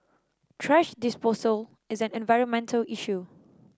thrash disposal is an environmental issue